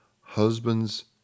husband's